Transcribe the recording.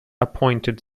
appointed